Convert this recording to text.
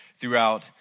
throughout